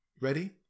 ready